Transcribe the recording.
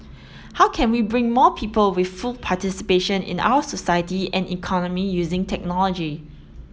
how can we bring more people with full participation in our society and economy using technology